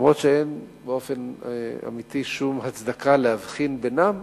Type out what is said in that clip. אף שאין באופן אמיתי שום הצדקה להבחין בינם